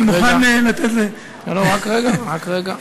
אני מוכן לתת, רק רגע, רק רגע.